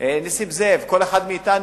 פלסנר או חבר הכנסת נסים זאב, כל אחד מאתנו,